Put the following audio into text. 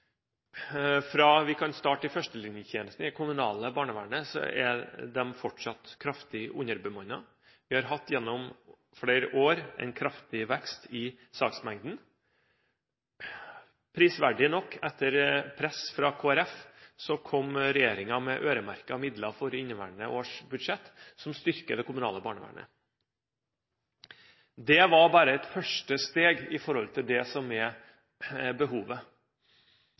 fra Kristelig Folkeparti – i inneværende års budsjett med øremerkede midler som styrker det kommunale barnevernet. Det var bare et første steg i forhold til det som er behovet.